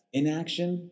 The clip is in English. inaction